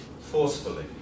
forcefully